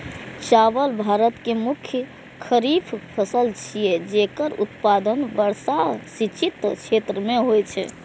चावल भारत के मुख्य खरीफ फसल छियै, जेकर उत्पादन वर्षा सिंचित क्षेत्र मे होइ छै